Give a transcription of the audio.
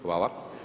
Hvala.